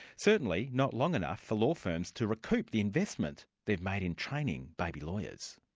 certainly not long enough for law firms to recoup the investment they've made in training baby lawyers.